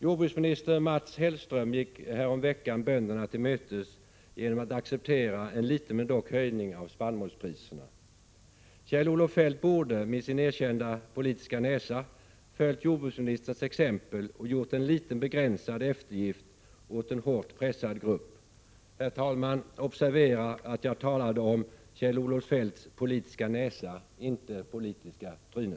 Jordbruksminister Mats Hellström gick häromveckan bönderna till mötes genom att acceptera en liten men dock höjning av spannmålspriserna. Kjell-Olof Feldt borde, med sin erkända politiska näsa, ha följt jordbruksministerns exempel och gjort en begränsad eftergift åt en hårt pressad grupp. Herr talman! Observera att jag talade om Kjell-Olof Feldts politiska näsa, inte politiska tryne.